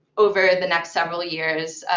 over the next several years.